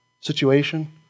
situation